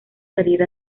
salir